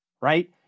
Right